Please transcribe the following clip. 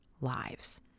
lives